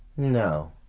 no.